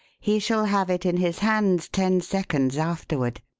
he shall have it in his hands ten seconds afterward.